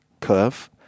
curve